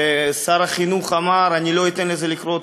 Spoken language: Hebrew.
שר החינוך אמר: אני לא אתן לזה לקרות,